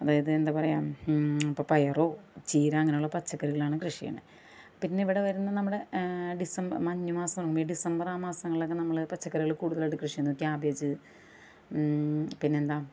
അതായത് എന്താണ് പറയുക ഇപ്പൊൾ പയറോ ചീര അങ്ങനെയുള്ള പച്ചക്കറികളാണ് കൃഷി ചെയ്യുന്നത് പിന്നെ ഇവിടെ വരുന്നത് നമ്മുടെ ഡിസംബർ മഞ്ഞുമാസം ഈ ഡിസംബർ ആ മാസങ്ങളിലൊക്കെ നമ്മൾ പച്ചക്കറികൾ കൂടുതലായിട്ട് കൃഷി ചെയ്യുന്നത് ക്യാബേജ് പിന്നെ എന്താണ്